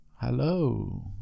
hello